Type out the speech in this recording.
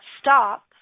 stop